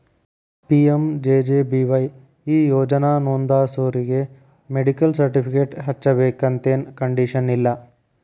PMJJBY ಈ ಯೋಜನಾ ನೋಂದಾಸೋರಿಗಿ ಮೆಡಿಕಲ್ ಸರ್ಟಿಫಿಕೇಟ್ ಹಚ್ಚಬೇಕಂತೆನ್ ಕಂಡೇಶನ್ ಇಲ್ಲ